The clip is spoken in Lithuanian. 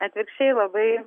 atvirkščiai labai